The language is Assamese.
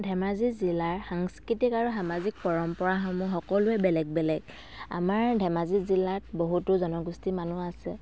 ধেমাজি জিলাৰ সাংস্কৃতিক আৰু সামাজিক পৰম্পৰাসমূহ সকলোৱে বেলেগ বেলেগ আমাৰ ধেমাজি জিলাত বহুতো জনগোষ্ঠীৰ মানুহ আছে